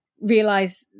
realize